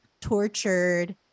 tortured